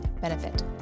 benefit